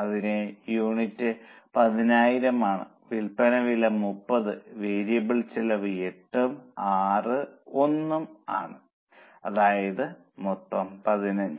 അതിന്റെ യൂണിറ്റ് 10000 ആണ് വിൽപ്പന വില 30 വേരിയബിൾ ചെലവ് 8 ഉം 6 ഉം 1 ഉം ആണ് അതായത് മൊത്തം 15